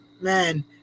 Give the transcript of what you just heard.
man